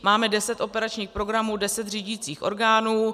Máme deset operačních programů, deset řídicích orgánů.